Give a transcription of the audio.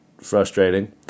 frustrating